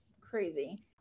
crazy